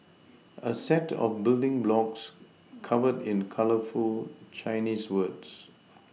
a set of building blocks covered in colourful Chinese words